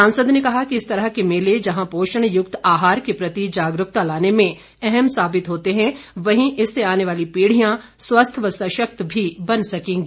सांसद ने कहा कि इस तरह के मेले जहां पोषण युक्त आहार के प्रति जागरूकता लाने में अहम साबित हो रहे हैं वहीं इससे आने वाली पीढ़िया स्वस्थ व सशक्त भी बन सकेगी